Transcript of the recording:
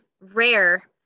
rare